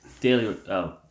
daily